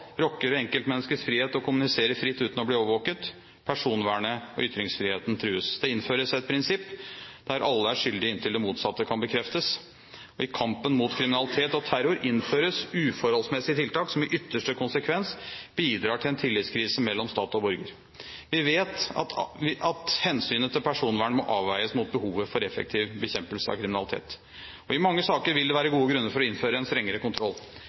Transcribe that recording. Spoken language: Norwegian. rokker ved enkeltmenneskets frihet til å kommunisere fritt uten å bli overvåket. Personvernet og ytringsfriheten trues. Det innføres et prinsipp der alle er skyldige inntil det motsatte kan bekreftes. I kampen mot kriminalitet og terror innføres uforholdsmessige tiltak, som i ytterste konsekvens bidrar til en tillitskrise mellom stat og borger. Vi vet at hensynet til personvern må avveies mot behovet for effektiv bekjempelse av kriminalitet. I mange saker vil det være gode grunner for å innføre strengere kontroll.